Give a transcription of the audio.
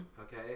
okay